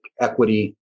equity